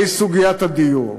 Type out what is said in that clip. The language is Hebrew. והיא סוגיית הדיור.